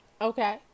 Okay